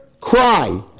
cry